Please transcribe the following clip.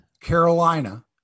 Carolina